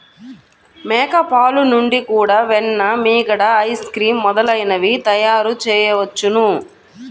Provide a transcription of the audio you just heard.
మేక పాలు నుండి కూడా వెన్న, మీగడ, ఐస్ క్రీమ్ మొదలైనవి తయారుచేయవచ్చును